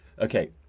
okay